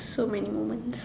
so many moments